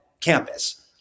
Campus